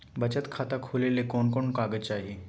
बचत खाता खोले ले कोन कोन कागज चाही?